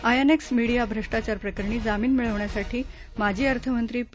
INX media भ्रष्टाचार प्रकरणी जामीन मिळवण्यासाठी माजी अर्थमंत्री पी